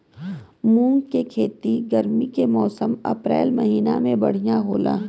मुंग के खेती गर्मी के मौसम अप्रैल महीना में बढ़ियां होला?